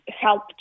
help